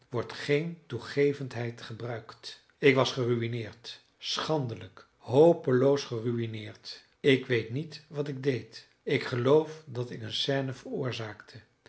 wordt geen toegevendheid gebruikt ik was geruïneerd schandelijk hopeloos geruïneerd ik weet niet wat ik deed ik geloof dat ik een scène veroorzaakte